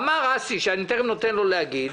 אמר אסי מסינג שתיכף אתן לו להגיב,